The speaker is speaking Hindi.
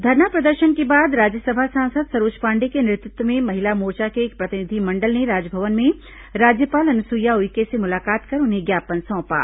धरना प्रदर्शन के बाद राज्यसभा सांसद सरोज पांडेय के नेतृत्व में महिला मोर्चा के एक प्रतिनिधिमंडल ने राजभवन में राज्यपाल अनुसुईया उइके से मुलाकात कर उन्हें ज्ञापन सौंपा